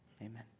amen